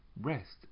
rest